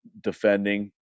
Defending